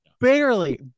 Barely